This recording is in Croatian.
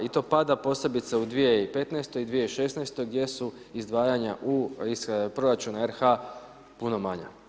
I to pada posebice u 2015. i 2016. gdje su izdvajanja iz proračuna RH puno manja.